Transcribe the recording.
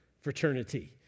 fraternity